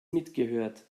mitgehört